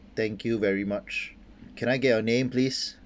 thank you very much can I get your name please